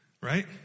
right